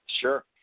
Sure